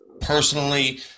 personally